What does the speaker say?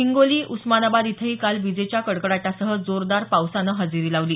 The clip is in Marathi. हिंगोली उस्मानाबाद इथंही काल विजेच्या कडकडाटासह जोरदार पावसाने हजेरी लावली